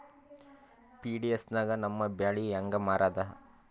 PDS ನಾಗ ನಮ್ಮ ಬ್ಯಾಳಿ ಹೆಂಗ ಮಾರದ?